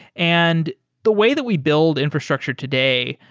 and the way that we build infrastructure today,